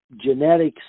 genetics